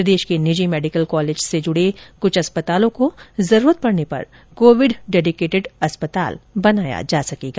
प्रदेश के निजी medical college से जुड़े कुछ अस्पतालों को जरूरत पड़ने पर कोविड डेडिकेटेड अस्पताल बनाया जा सकेगा